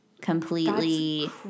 completely